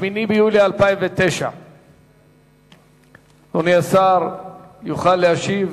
8 ביולי 2009. אדוני השר יוכל להשיב.